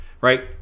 right